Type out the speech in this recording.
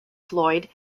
floyd